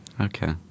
Okay